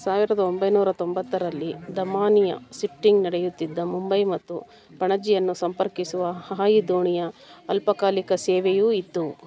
ಸಾವಿರದ ಒಂಬೈನೂರ ತೊಂಬತ್ತರಲ್ಲಿ ದಮಾನಿಯಾ ಶಿಪ್ಟಿಂಗ್ ನಡೆಯುತ್ತಿದ್ದ ಮುಂಬೈ ಮತ್ತು ಪಣಜಿಯನ್ನು ಸಂಪರ್ಕಿಸುವ ಹಾಯಿದೋಣಿಯ ಅಲ್ಪಕಾಲಿಕ ಸೇವೆಯೂ ಇತ್ತು